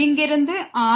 இங்கிருந்து r